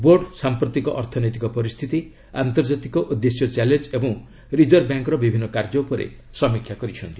board ସାମ୍ପ୍ରତିକ ଅର୍ଥନୈତିକ ପରିସ୍ଥିତି ଆନ୍ତର୍ଜାତିକ ଓ ଦେଶୀୟ ଚ୍ୟାଲେଞ୍ଜ ଏବଂ ରିଜର୍ଭ ବ୍ୟାଙ୍କ୍ର ବିଭିନ୍ନ କାର୍ଯ୍ୟ ଉପରେ ସମୀକ୍ଷା କରିଛନ୍ତି